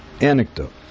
anecdote